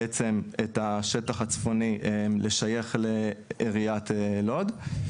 בעצם את השטח הצפוני לשייך לעיריית לוד.